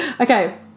Okay